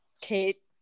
Kate